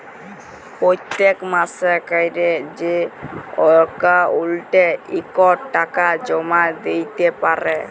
পত্তেক মাসে ক্যরে যে অক্কাউল্টে ইকট টাকা জমা দ্যিতে পারে